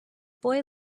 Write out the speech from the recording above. boy